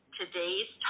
today's